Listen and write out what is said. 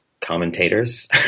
commentators